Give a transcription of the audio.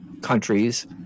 countries